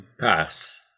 pass